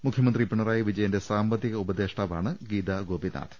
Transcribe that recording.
മുഖൃമന്ത്രി പിണറായി വിജയന്റെ സാമ്പത്തിക ഉപദേഷ്ടാവാണ് ഗീത ഗോപിനാഥ്